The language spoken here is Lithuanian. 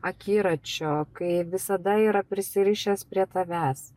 akiračio kai visada yra prisirišęs prie tavęs